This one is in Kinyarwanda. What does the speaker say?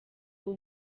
ubu